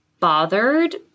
bothered